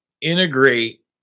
integrate